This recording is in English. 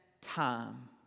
time